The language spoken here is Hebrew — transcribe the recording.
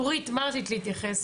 נורית מהממ"מ, מה רצית להתייחס?